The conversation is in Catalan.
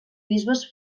bisbes